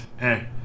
hey